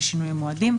לשינוי המועדים,